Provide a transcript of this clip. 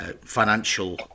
Financial